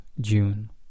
June